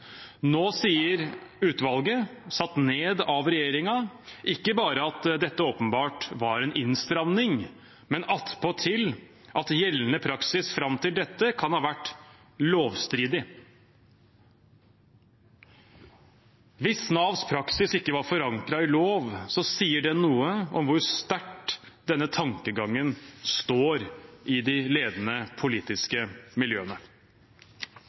Nå sier utvalget, satt ned av regjeringen, ikke bare at dette åpenbart var en innstramning, men attpåtil at gjeldende praksis fram til dette kan ha vært lovstridig. Hvis Navs praksis ikke var forankret i lov, sier det noe om hvor sterkt denne tankegangen står i de ledende politiske miljøene.